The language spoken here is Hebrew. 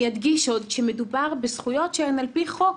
אני אדגיש עוד שמדובר בזכויות שהן על פי חוק,